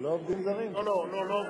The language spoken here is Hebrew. וזה לא ניסיון לנסח חוק כולל להגנת הפרטיות,